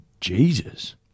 Jesus